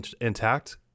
intact